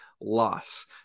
loss